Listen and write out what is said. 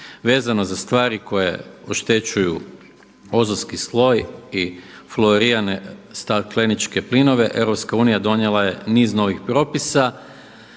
Vezano za stvari koje oštećuju ozonski sloj i fluorirane stakleničke plinove EU donijela je niz novih propisa